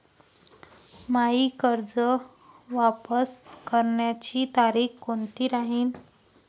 मायी कर्ज वापस करण्याची तारखी कोनती राहीन?